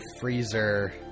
freezer